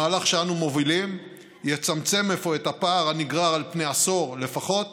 המהלך שאנו מובילים יצמצם אפוא את הפער הנגרר על פני עשור לפחות